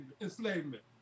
enslavement